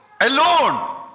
Alone